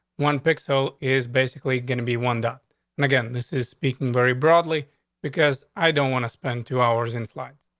one pixel is basically gonna be wonder and again. this is speaking very broadly because i don't want to spend two hours in slide.